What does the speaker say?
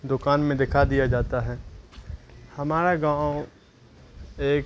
دکان میں دکھا دیا جاتا ہے ہمارا گاؤں ایک